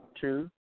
two